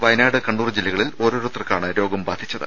വയനാട് കണ്ണൂർ ജില്ലകളിൽ ഓരോരുത്തർക്കാണ് രോഗം ബാധിച്ചത്